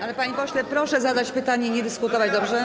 Ale, panie pośle, proszę zadać pytanie, nie dyskutować, dobrze?